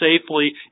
safely